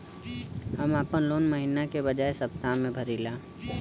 हम आपन लोन महिना के बजाय सप्ताह में भरीला